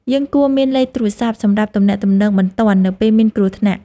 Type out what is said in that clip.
យើងគួរមានលេខទូរស័ព្ទសម្រាប់ទំនាក់ទំនងបន្ទាន់នៅពេលមានគ្រោះថ្នាក់។